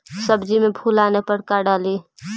सब्जी मे फूल आने पर का डाली?